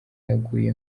yaguye